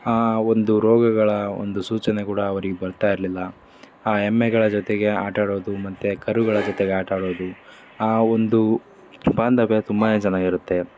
ಒಂದು ರೋಗಗಳ ಒಂದು ಸೂಚನೆ ಕೂಡ ಅವ್ರಿಗೆ ಬರ್ತಾ ಇರಲಿಲ್ಲ ಆ ಎಮ್ಮೆಗಳ ಜೊತೆಗೆ ಆಟ ಆಡೋದು ಮತ್ತು ಕರುಗಳ ಜೊತೆಗೆ ಆಟ ಆಡೋದು ಆ ಒಂದು ಬಾಂಧವ್ಯ ತುಂಬಾ ಚೆನ್ನಾಗಿರುತ್ತೆ